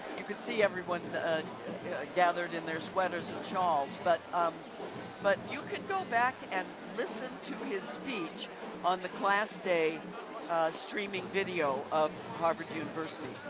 you could see everyone gathered in their sweaters and shawls, but um but you can go back and listen to his speech on the class day streaming video of harvard university.